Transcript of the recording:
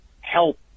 help